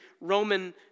Roman